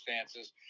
circumstances